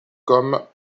comme